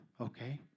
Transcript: Okay